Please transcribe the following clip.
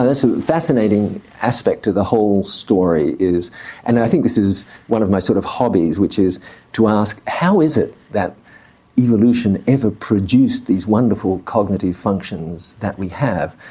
ah that's a fascinating aspect to the whole story, and i think this is one of my sort of hobbies which is to ask, how is it that evolution ever produced these wonderful cognitive functions that we have?